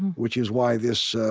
which is why this